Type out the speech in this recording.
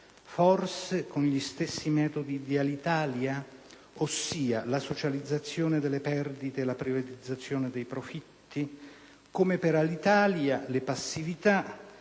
forse con gli stessi metodi di Alitalia, utilizzando, cioè, la socializzazione delle perdite e la privatizzazione dei profitti? Forse, come per Alitalia, le passività